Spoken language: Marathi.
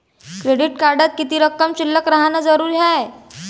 क्रेडिट कार्डात किती रक्कम शिल्लक राहानं जरुरी हाय?